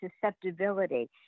susceptibility